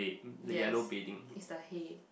yes is the head